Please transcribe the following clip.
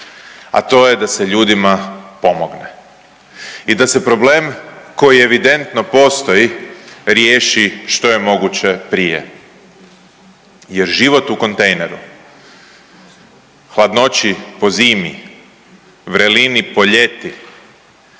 a to je da se ljudima pomogne i da se problem koji evidentno postoji riješi što je moguće prije jer život u kontejneru, hladnoći po zimi, vrelini po ljeti,